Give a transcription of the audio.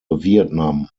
vietnam